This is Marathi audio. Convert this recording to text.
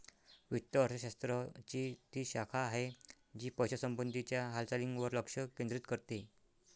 वित्त अर्थशास्त्र ची ती शाखा आहे, जी पैशासंबंधी च्या हालचालींवर लक्ष केंद्रित करते